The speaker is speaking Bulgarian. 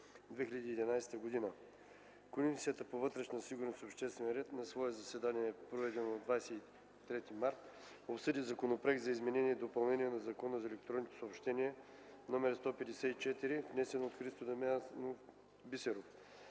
2011 г. „Комисията по вътрешна сигурност и обществен ред на свое заседание, проведено на 23 март 2011 г., обсъди Законопроект за изменение и допълнение на Закона за електронните съобщения, № 154-01-11, внесен от Христо Дамянов Бисеров.